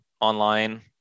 online